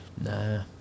Nah